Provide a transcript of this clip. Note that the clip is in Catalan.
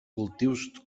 cultius